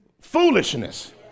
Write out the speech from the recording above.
foolishness